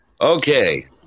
Okay